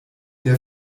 der